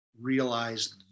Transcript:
realize